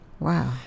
Wow